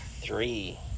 three